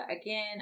Again